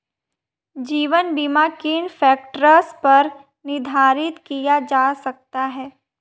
जीवन बीमा किन फ़ैक्टर्स पर निर्धारित किया जा सकता है?